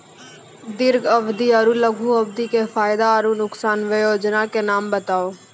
दीर्घ अवधि आर लघु अवधि के फायदा आर नुकसान? वयोजना के नाम बताऊ?